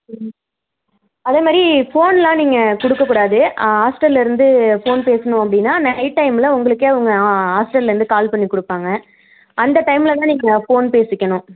ம் அதே மாதிரி ஃபோனெலாம் நீங்கள் கொடுக்கக்கூடாது ஹாஸ்டலில் இருந்து ஃபோன் பேசணும் அப்படின்னா நைட் டைமில் உங்களுக்கே அவங்கள் ஆ ஹாஸ்டல்லருந்து கால் பண்ணிக் கொடுப்பாங்க அந்த டைமில் தான் நீங்கள் ஃபோன் பேசிக்கணும்